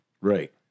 Right